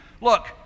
look